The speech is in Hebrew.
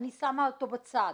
אני שמה אותו בצד.